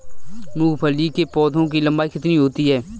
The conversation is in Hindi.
मूंगफली के पौधे की लंबाई कितनी होती है?